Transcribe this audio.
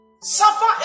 Suffer